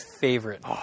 favorite